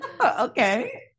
Okay